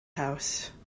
house